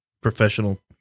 professional